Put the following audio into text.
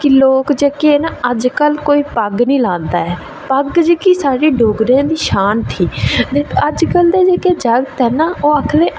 कि लोक जेह्के न ते कोई अजकल पग्ग निं लांदा ऐ ते पग्ग जेह्की साढ़े डोगरें दी शान ही ते अजकल दे बच्चे जेह्के ओह् आखदे